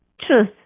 truth